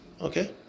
Okay